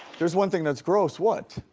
there's one thing that's gross, what?